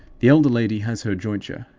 the elder lady has her jointure,